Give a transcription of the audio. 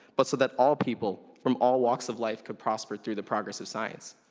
but so that all people from all walks of life can prosper through the progress of science.